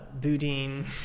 boudin